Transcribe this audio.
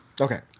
Okay